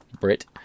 Brit